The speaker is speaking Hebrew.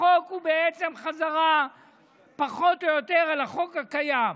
החוק הוא חזרה פחות או יותר על החוק הקיים.